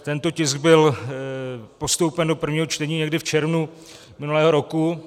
Tento tisk byl postoupen do prvního čtení někdy v červnu minulého roku.